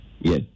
Yes